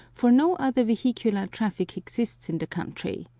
for no other vehicular traffic exists in the country.